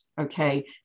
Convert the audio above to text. okay